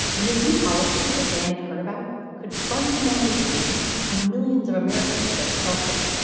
and this new policy that dan had heard about could fundamentally change how millions of americans get their health care